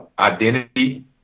identity